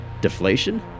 Deflation